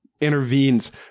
intervenes